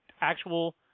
actual